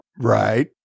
Right